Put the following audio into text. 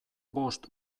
bost